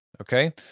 Okay